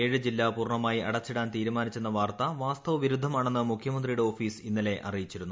ഏഴ് ജില്ല പൂർണമായി അടച്ചിടാൻ തീരുമാനിച്ചെന്ന വാർത്ത വാസ്തവ വിരുദ്ധമാണെന്ന് മുഖ്യമന്ത്രിയുടെ ഓഫീസ് ഇന്നലെ അറിയിച്ചിരുന്നു